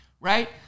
right